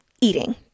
Eating